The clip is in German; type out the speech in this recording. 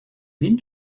minh